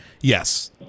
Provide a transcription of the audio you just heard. yes